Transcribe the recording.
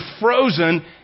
frozen